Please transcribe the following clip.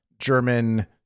german